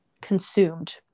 consumed